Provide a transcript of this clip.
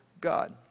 God